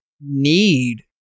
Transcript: need